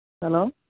hello